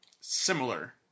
Similar